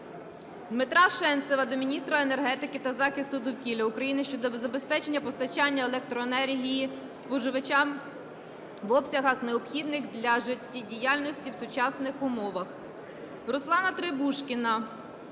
Дмитра Шенцева до міністра енергетики та захисту довкілля України щодо забезпечення постачання електроенергії споживачам в обсягах, необхідних для життєдіяльності в сучасних умовах. Руслана Требушкіна